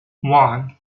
one